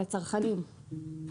על הצרכנים.